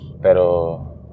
pero